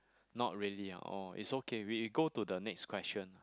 not really ah oh it's okay we we go to the next question